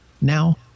now